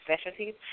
specialties